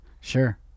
Sure